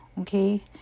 okay